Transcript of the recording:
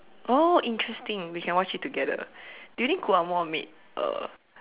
oh interesting we can watch it together do you think made a